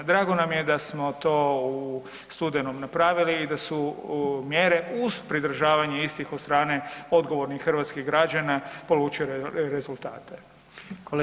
Drago nam je da smo to u studenom napravili i da su mjere uz pridržavanje istih od strane odgovornih hrvatskih građana polučile rezultate.